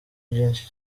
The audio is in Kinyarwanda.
byinshi